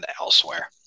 elsewhere